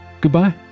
goodbye